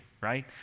right